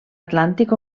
atlàntic